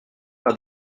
par